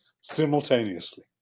simultaneously